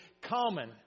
common